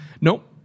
nope